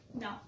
No